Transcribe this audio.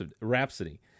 Rhapsody